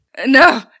No